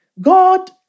God